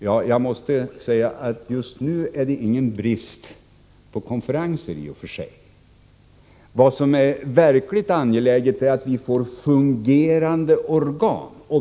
Just nu är det i och för sig ingen brist på konferenser. Vad som är verkligt angeläget är att vi får fungerande organ.